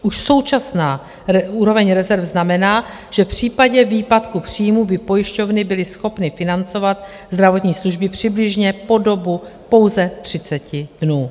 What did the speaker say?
Už současná úroveň rezerv znamená, že v případě výpadku příjmů by pojišťovny byly schopny financovat zdravotní služby přibližně po dobu pouze 30 dnů.